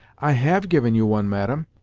i have given you one, madam,